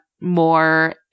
more